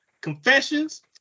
Confessions